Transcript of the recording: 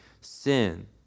sin